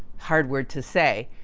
hard word to say,